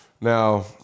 Now